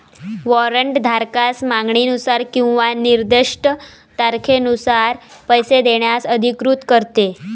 warrant धारकास मागणीनुसार किंवा निर्दिष्ट तारखेनंतर पैसे देण्यास अधिकृत करते